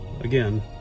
again